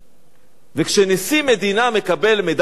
וכשנשיא מדינה מקבל מדליית חירות